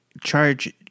charge